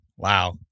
Wow